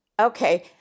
Okay